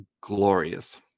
glorious